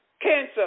cancer